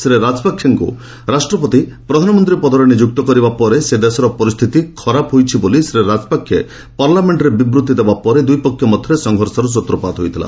ଶ୍ରୀ ରାଜପାକ୍ଷେଙ୍କୁ ରାଷ୍ଟ୍ରପତି ପ୍ରଧାନମନ୍ତ୍ରୀ ପଦରେ ନିଯୁକ୍ତ କରିବା ପରେ ସେ ଦେଶର ପରିସ୍ଥିତି ଖରାପ ହୋଇଛି ବୋଲି ଶ୍ରୀ ରାଜପାକ୍ଷେ ପାର୍ଲାମେଖରେ ବିବୃଭି ଦେବାପରେ ଦୁଇପକ୍ଷ ମଧ୍ୟରେ ସଂଘର୍ଷର ସ୍ତ୍ରପାତ ହୋଇଥିଲା